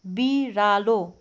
बिरालो